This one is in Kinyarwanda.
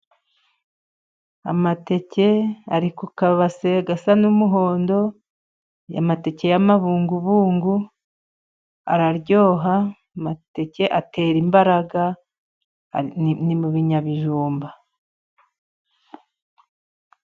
Amateke ari ku kabase gasa n'umuhondo. Ya mateke y'amabungubungu araryoha. Amateke atera imbaraga ni mu bininyabijumba.